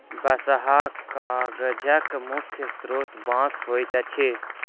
बँसहा कागजक मुख्य स्रोत बाँस होइत अछि